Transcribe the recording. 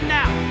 now